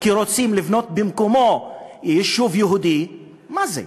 כי רוצים לבנות במקומו יישוב יהודי, מה זה?